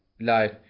life